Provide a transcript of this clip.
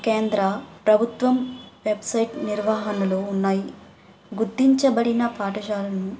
కేంద్ర ప్రభుత్వం వెబ్సైట్ నిర్వహణలో ఉన్నాయి గుర్తించబడిన పాఠశాలలను